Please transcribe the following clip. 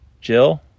Jill